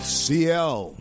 cl